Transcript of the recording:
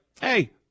hey